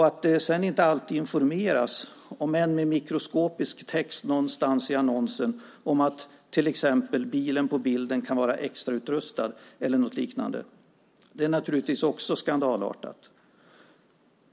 Att det sedan inte alltid informeras annat än i en mikroskopisk text någonstans i annonsen om att till exempel bilen på bilden kan vara extrautrustad eller något liknande är naturligtvis också skandalartat.